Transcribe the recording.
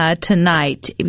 tonight